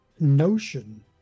notion